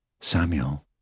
Samuel